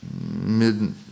mid